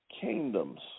kingdoms